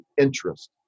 interest